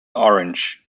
orange